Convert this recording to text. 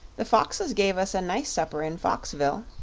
the foxes gave us a nice supper in foxville.